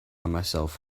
myself